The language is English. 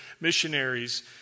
missionaries